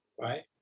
Right